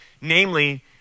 namely